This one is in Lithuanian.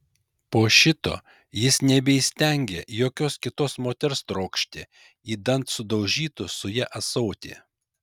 po šito jis nebeįstengė jokios kitos moters trokšti idant sudaužytų su ja ąsotį